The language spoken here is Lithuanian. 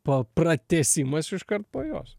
pa pratęsimas iškart po jos